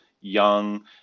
young